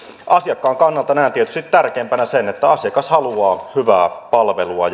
asiakkaan kannalta näen tietysti tärkeimpänä sen että asiakas haluaa hyvää palvelua